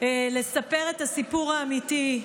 לספר את הסיפור האמיתי.